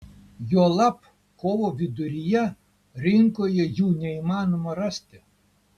juolab kovo viduryje rinkoje jų neįmanoma rasti